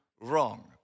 wrong